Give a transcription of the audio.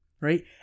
right